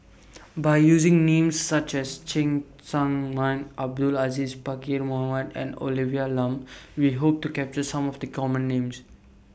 By using Names such as Cheng Tsang Man Abdul Aziz Pakkeer Mohamed and Olivia Lum We Hope to capture Some of The Common Names